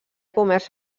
comerç